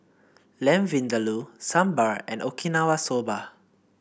Lamb Vindaloo Sambar and Okinawa Soba